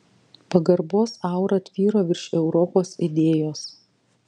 pagarbos aura tvyro virš europos idėjos